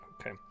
Okay